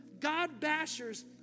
God-bashers